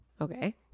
Okay